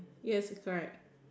yes correct